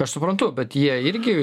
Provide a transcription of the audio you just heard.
aš suprantu bet jie irgi